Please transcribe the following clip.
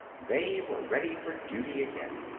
they were ready for duty again.